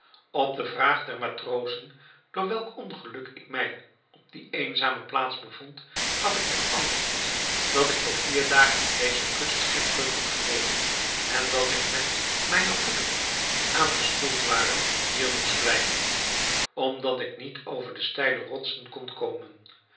op de vraag der matrozen door welk ongeluk ik mij op die eenzame plaats bevond gaf ik ten antwoord dat ik voor vier dagen op deze kust schipbreuk had geleden en dat ik met mijne goederen die aangespoeld waren hier moest blijven omdat ik niet over de steile rotsen kon komen